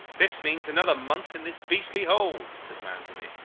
this means another month in this beastly hole said mahon to me,